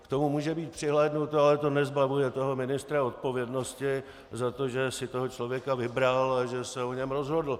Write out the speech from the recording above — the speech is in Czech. K tomu může být přihlédnuto, ale to nezbavuje ministra odpovědnosti za to, že si toho člověka vybral a že se o něm rozhodl.